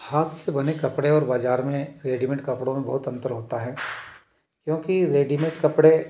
हाथ से बने कपड़े और बाज़ार में रेडिमेड कपड़ों में बहुत अंतर होता हैं क्योंकि रेडिमेड कपड़े